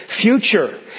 future